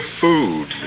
food